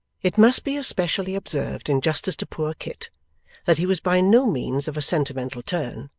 it must be especially observed in justice to poor kit that he was by no means of a sentimental turn,